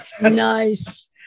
nice